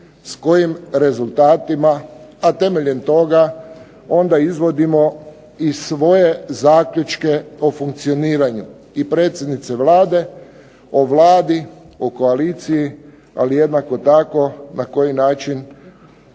s kojim rezultatima, a temeljem toga onda izvodimo i svoje zaključke o funkcioniranju i predsjednice Vlade, o Vladi, o koaliciji, ali jednako tako na koji način